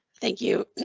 thank you.